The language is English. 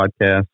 Podcast